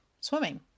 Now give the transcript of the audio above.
swimming